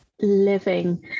living